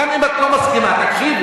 גם אם את לא מסכימה, תקשיבי.